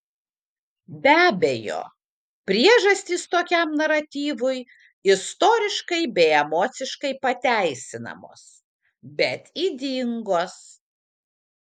be abejo priežastys tokiam naratyvui istoriškai bei emociškai pateisinamos bet ydingos